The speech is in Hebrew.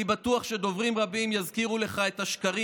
אני בטוח שדוברים רבים יזכירו לך את השקרים